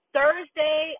Thursday